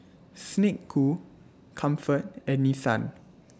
Snek Ku Comfort and Nissan